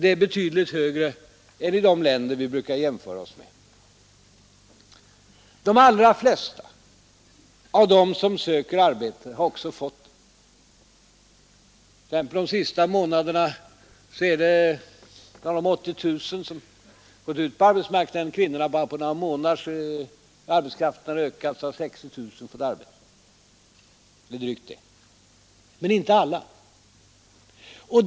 Det är betydligt högre än i de länder vi brukar jämföra oss med. De allra flesta av dem som söker arbete har också fått det. Bara under de senaste månaderna t.ex., när 80 000 kvinnor har gått ut på arbetsmarknaden, har drygt 60 000 fått arbete. Men inte alla.